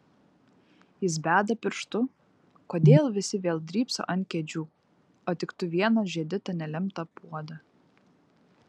jis beda pirštu kodėl visi vėl drybso ant kėdžių o tik tu vienas žiedi tą nelemtą puodą